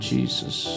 Jesus